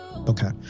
Okay